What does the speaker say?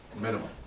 Minimum